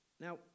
Now